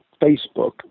Facebook